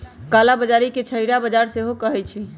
कला बजारी के छहिरा बजार सेहो कहइ छइ